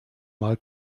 mal